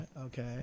Okay